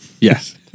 Yes